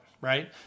right